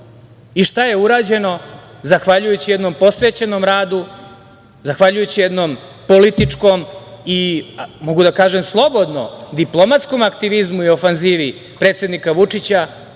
Šta je urađeno? Zahvaljujući jednom posvećenom radu, zahvaljujući jednom političkom i, slobodno mogu da kažem, diplomatskom aktivizmu i ofanzivu predsednika Vučića